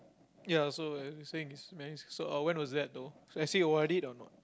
ya so like you were saying this so when was that though has he o_r_d or not